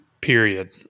period